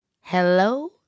Hello